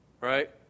right